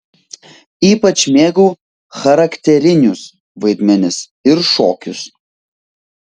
ypač mėgau charakterinius vaidmenis ir šokius